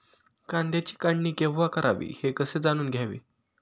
कांद्याची काढणी केव्हा करावी हे कसे जाणून घ्यावे?